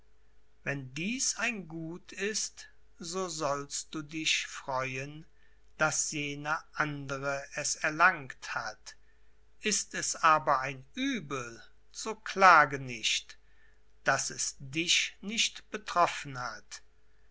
wenn dieß ein gut ist so sollst du dich freuen daß jener andere es erlangt hat ist es aber ein uebel so klage nicht daß es dich nicht betroffen hat